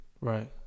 Right